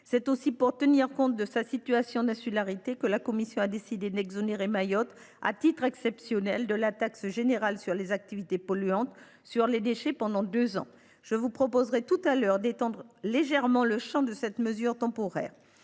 C’est aussi pour tenir compte de sa situation d’insularité que la commission a décidé d’exonérer Mayotte, à titre exceptionnel, de la taxe générale sur les activités polluantes sur les déchets pendant deux ans. Je vous proposerai tout à l’heure d’étendre légèrement le champ de cette mesure temporaire.